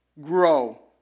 grow